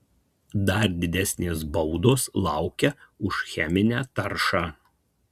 dar didesnės baudos laukia už cheminę taršą